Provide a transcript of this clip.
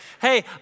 hey